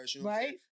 Right